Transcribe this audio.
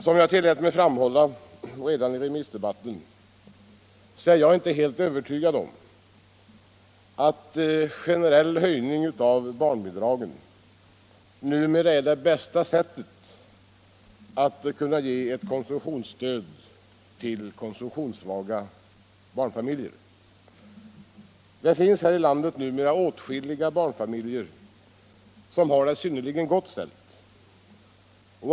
Som jag tillät mig framhålla redan vid remissdebatten är jag inte helt övertygad om att en generell höjning av barnbidragen numera är det bästa sättet att ge ett konsumtionsstöd till konsumtionssvaga barnfamiljer. Det finns här i landet åtskilliga barnfamiljer som har det synnerligen gott ställt.